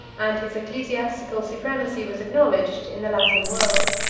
and his ecclesiastical supremacy was acknowledged in the latin world.